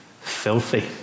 Filthy